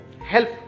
help